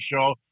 show